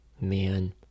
man